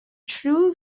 true